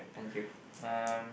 thank you um